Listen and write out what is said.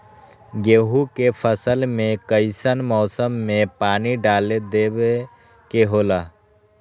गेहूं के फसल में कइसन मौसम में पानी डालें देबे के होला?